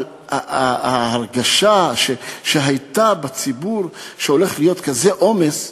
אבל ההרגשה שהייתה בציבור, שהולך להיות כזה עומס,